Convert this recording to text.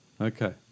Okay